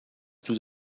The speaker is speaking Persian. دود